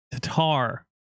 Tatar